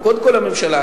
אבל קודם כול לממשלה,